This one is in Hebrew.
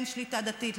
כן שליטה דתית,